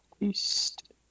East